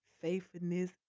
faithfulness